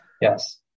Yes